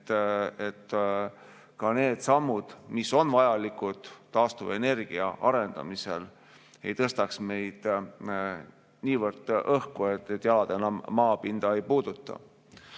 et need sammud, mis on vajalikud taastuvenergeetika arendamisel, ei tõstaks meid niivõrd õhku, et jalad enam maapinda ei puuduta.